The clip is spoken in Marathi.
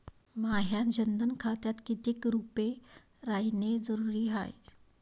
माह्या जनधन खात्यात कितीक रूपे रायने जरुरी हाय?